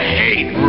hate